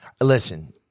Listen